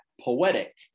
poetic